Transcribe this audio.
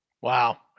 Wow